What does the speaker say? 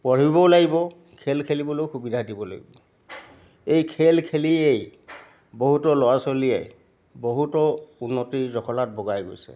পঢ়িবও লাগিব খেল খেলিবলৈও সুবিধা দিব লাগিব এই খেল খেলিয়েই বহুতো ল'ৰা ছোৱালীয়ে বহুতো উন্নতিৰ জখলাত বগাই গৈছে